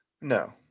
No